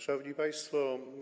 Szanowni Państwo!